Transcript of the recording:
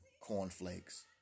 cornflakes